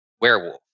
werewolf